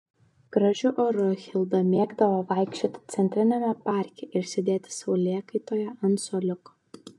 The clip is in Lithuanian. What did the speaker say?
gražiu oru hilda mėgdavo vaikščioti centriniame parke ir sėdėti saulėkaitoje ant suoliuko